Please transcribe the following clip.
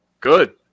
Good